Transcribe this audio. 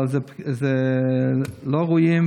אבל זה לא ראוי,